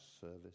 service